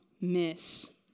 miss